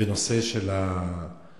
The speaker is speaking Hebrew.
בנושא של הכיבוי